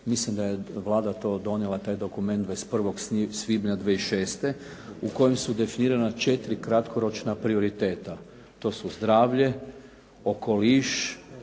Mislim da je Vlada to donijela taj dokument 21. svibnja 2006. u kojem su definirana 4 kratkoročna prioriteta. To su zdravlje, okoliš,